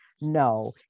No